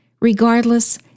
Regardless